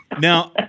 Now